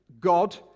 God